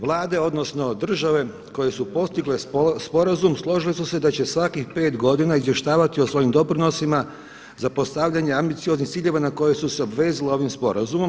Vlade, odnosno države koje su postigle sporazum složile su se da će svakih 5 godina izvještavati o svojim doprinosima zapostavljanja ambicioznih ciljeva na koje su se obvezali ovim sporazumom.